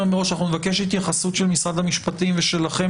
מראש שנבקש התייחסות של משרד המשפטים ושלכם